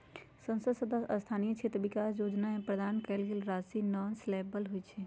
संसद सदस्य स्थानीय क्षेत्र विकास जोजना में प्रदान कएल गेल राशि नॉन लैप्सबल होइ छइ